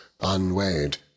unweighed